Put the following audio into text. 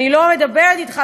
אני לא מדברת אתך,